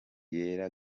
yera